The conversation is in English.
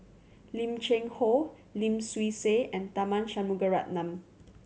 Lim Cheng Hoe Lim Swee Say and Tharman Shanmugaratnam